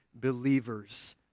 believers